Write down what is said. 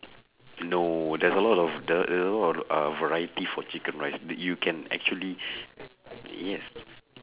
no there's a lot of the~ there's uh lot of variety of chicken rice that you can actually yes